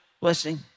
blessing